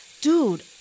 Dude